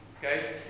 Okay